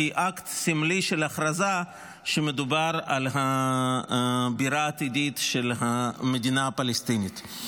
כאקט סמלי של הכרזה שמדובר על הבירה העתידית של המדינה הפלסטינית.